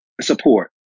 support